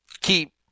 keep